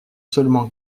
seulement